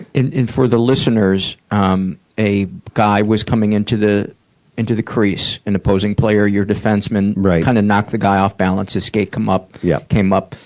and for the listeners, um a guy was coming into the into the crease, an opposing player your defenseman kind of knocked the guy off balance, his skate come up yeah came up.